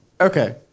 Okay